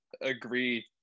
agree